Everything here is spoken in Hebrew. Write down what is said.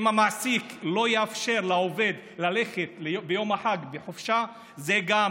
אם המעסיק לא יאפשר לעובד ללכת ביום החג חופשה זה גם